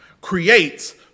creates